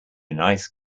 nice